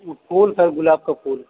वह कौन सा गुलाब का फूल